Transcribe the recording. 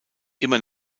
immer